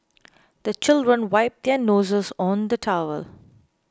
the children wipe their noses on the towel